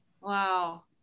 wow